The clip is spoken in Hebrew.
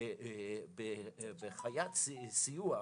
באיסלם אני לא יודע אם חבר הכנסת אוסאמה סעדי שותף לחוק,